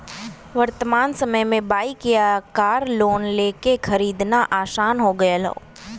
वर्तमान समय में बाइक या कार लोन लेके खरीदना आसान हो गयल हौ